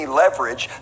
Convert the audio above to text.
leverage